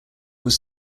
was